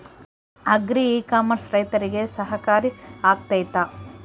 Agri e commerce ರೈತರಿಗೆ ಸಹಕಾರಿ ಆಗ್ತೈತಾ?